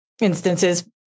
instances